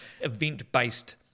event-based